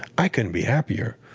i couldn't be happier.